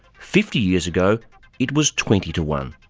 fifty years ago it was twenty to one.